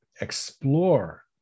explore